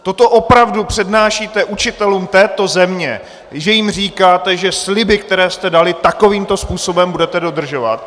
Toto opravdu přednášíte učitelům této země, že jim říkáte, že sliby, které jste dali, takovýmto způsobem budete dodržovat?